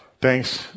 Thanks